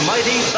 Mighty